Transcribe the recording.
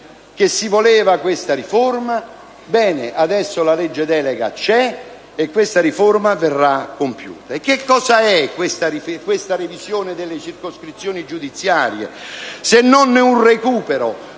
che si voleva questa riforma! Ebbene, adesso la legge-delega c'è. E questa riforma verrà compiuta. Che cosa è la revisione delle circoscrizioni giudiziarie se non un recupero